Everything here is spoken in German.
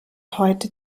heute